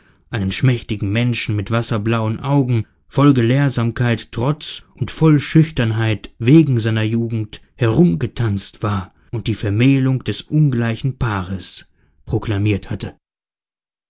einen schmächtigen menschen mit wasserblauen augen voll gelehrsamkeit trotz und voll schüchternheit wegen seiner jugend herumgetanzt war und die vermählung des ungleichen paares proklamiert hatte